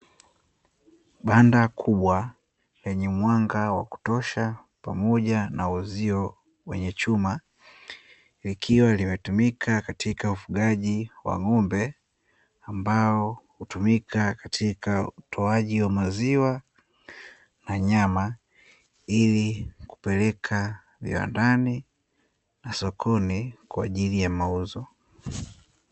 Banda kubwa lenye mwanga wa kutosha, pamoja na uzio wenye chuma, likiwa limetumika katika ufugaji wa ng’ombe, ambao hutumika katika utoaji wa maziwa na nyama, ili kupeleka viwandani na sokoni kwa ajili ya mauzo.